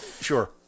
Sure